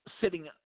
sitting